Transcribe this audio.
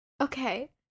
Okay